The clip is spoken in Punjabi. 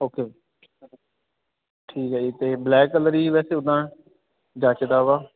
ਓਕੇ ਠੀਕ ਹੈ ਜੀ ਅਤੇ ਬਲੈਕ ਕਲਰ ਹੀ ਵੈਸੇ ਉੱਦਾਂ ਜੱਚਦਾ ਵਾ